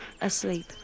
asleep